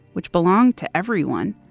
which belonged to everyone.